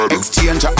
Exchange